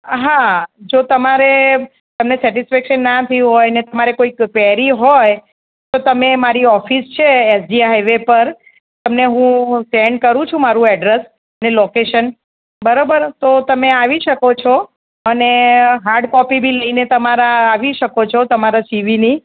હા જો તમારે તમને સેટિસ્ફેક્શન ના થયું હોય અને તમારે કોઈક ક્વેરી હોય તો તમે મારી ઑફિસ છે એસજી હાઇવે પર તમને હું સેન્ડ કરું છું મારું એડ્રસ અને લોકેશન બરાબર તો તમે આવી શકો છો અને હાર્ડ કોપી બી લઈને તમારા આવી શકો છો તમારા સીવીની